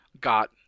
got